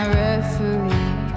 referee